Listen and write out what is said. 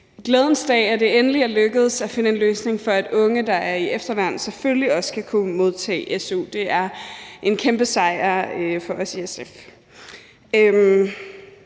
glædens dag, at det endelig er lykkedes at finde en løsning, for at unge, der er i efterværn, også skal kunne modtage su. Det er en kæmpe sejr for os i SF.